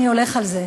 אני הולך על זה.